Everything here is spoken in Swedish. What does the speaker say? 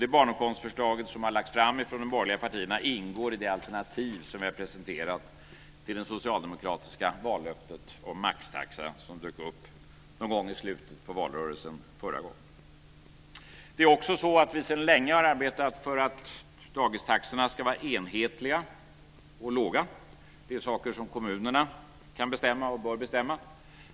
Det barnkontoförslag som lagts fram från de borgerliga partierna ingår i det alternativ som vi har presenterat till det socialdemokratiska vallöftet om maxtaxa som dök upp någon gång mot slutet av valrörelsen förra gången. Vi har sedan länge arbetat för att dagistaxorna ska vara enhetliga och låga. Det är saker som kommunerna kan och bör bestämma.